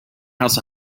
house